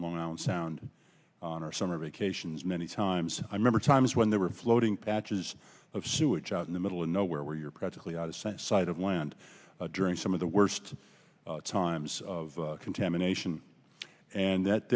long island sound on our summer vacations many times i remember times when there were floating patches of sewage out in the middle of nowhere where you're practically on the senate side of land during some of the worst times of contamination and that